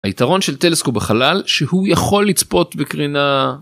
היתרון של טלסקופ בחלל שהוא יכול לצפות בקרינה.